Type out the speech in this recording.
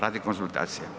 Radi konzultacija.